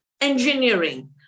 engineering